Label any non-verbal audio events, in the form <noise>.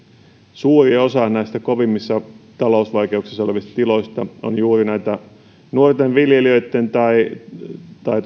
suuri osa näistä kovimmissa talousvaikeuksissa olevista tiloista on juuri näitä nuorten viljelijöitten tai tai <unintelligible>